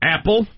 Apple